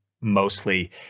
mostly